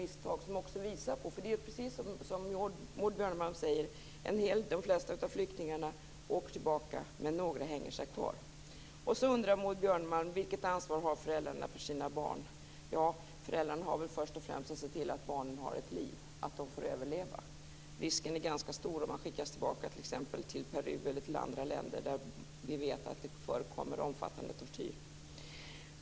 Detta visar också att, precis som Maud Björnemalm säger, de flesta av flyktingarna åker tillbaka men några hänger sig kvar. Maud Björnemalm undrar vilket ansvar föräldrarna har för sina barn. Först och främst har de väl att se till att barnen har ett liv - att de får överleva. Risken för något annat är ganska stor om man skickas tillbaka till t.ex. Peru eller andra länder där vi vet att omfattande tortyr förekommer.